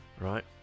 right